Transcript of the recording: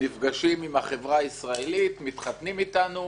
נפגשים עם החברה הישראלית, מתחתנים אתנו.